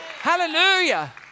hallelujah